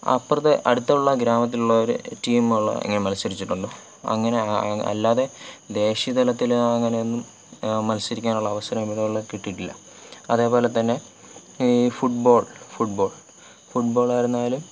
അപ്പുറത്തെ അടുത്തുള്ള ഗ്രാമത്തിലുള്ളവരുടെ ടീമുകൾ ഇങ്ങനെ മത്സരിച്ചിട്ടുണ്ട് അങ്ങനെ അല്ലാതെ ദേശീയതലത്തിൽ അങ്ങനെയൊന്നും മത്സരിക്കാനുള്ള അവസരം ഇങ്ങനെയുള്ള കിട്ടിയിട്ടില്ല അതേപോലെതന്നെ ഈ ഫുട്ബോൾ ഫുട്ബോൾ ഫുട്ബോളായിരുന്നാലും